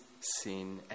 sin